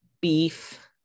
beef